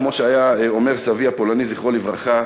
כמו שהיה אומר סבי הפולני ז"ל,